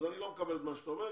אני לא מקבל את מה שאתה אומר,